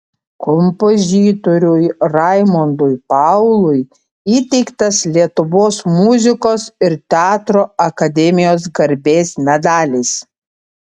kompozitoriui raimondui paului įteiktas lietuvos muzikos ir teatro akademijos garbės medalis